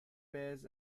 bears